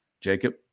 Jacob